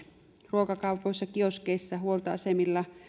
ruokakaupoissa kioskeissa huoltoasemilla